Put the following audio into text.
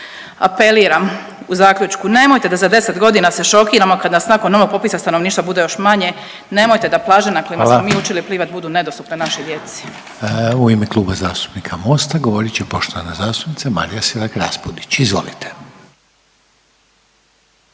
Apeliram u zaključku, nemojte da za 10 godina se šokiramo kad nas nakon ovog popisa stanovništva bude još manje. Nemojte da plaže na kojima smo mi učili plivati .../Upadica: Hvala./... budu nedostupne našoj djeci. **Reiner, Željko (HDZ)** U ime Kluba zastupnika Mosta govorit će poštovana zastupnica Marija Selak Raspudić, izvolite.